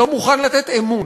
לא מוכן לתת אמון,